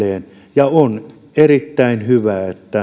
on erittäin hyvä että